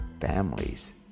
families